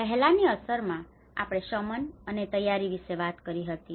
અને પહેલાની અસરમાં આપણે શમન અને તૈયારી વિશે વાત કરી હતી